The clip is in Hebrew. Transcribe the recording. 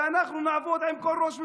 ואנחנו נעבוד עם כל ראש ממשלה.